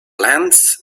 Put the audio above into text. lens